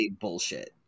bullshit